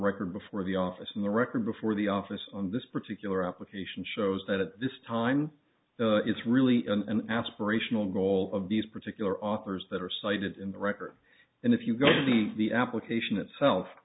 before the office and the record before the office on this particular application shows that at this time it's really an aspirational goal of these particular authors that are cited in the record and if you go on the the application itself